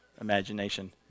imagination